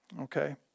okay